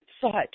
thought